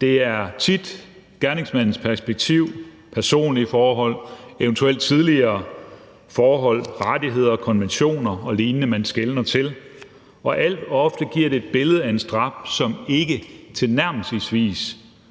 Det er tit gerningsmandens perspektiv, personlige forhold, eventuelle tidligere forhold, rettigheder og konventioner og lignende, man skeler til, og alt for ofte giver det et billede af en straf, som ikke tilnærmelsesvis